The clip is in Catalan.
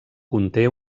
conté